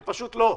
הם פשוט לא,